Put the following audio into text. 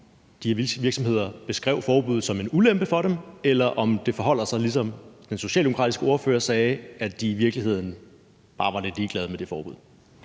om de her virksomheder beskrev forbuddet som en ulempe for dem, eller om det forholder sig, ligesom den socialdemokratiske ordfører sagde det, altså at de i virkeligheden bare var lidt ligeglade med det forbud?